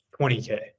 20k